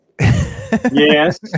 yes